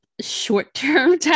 short-term